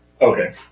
Okay